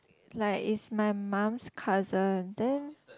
like is my mom's cousin then